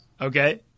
Okay